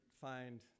find